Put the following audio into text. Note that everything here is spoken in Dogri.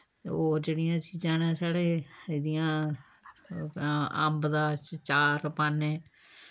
ते होर जेह्ड़ियां चीजां न साढ़े इ'दियां अम्ब दा चार पान्ने